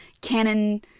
canon